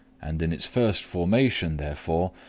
and in its first formation, therefore,